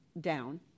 down